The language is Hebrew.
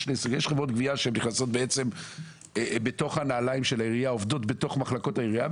חברות גבייה שנכנסות בתוך נעלי העירייה ועובדות בתוך מחלקות העירייה.